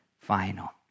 final